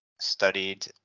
studied